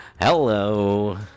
Hello